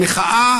המחאה